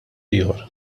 ieħor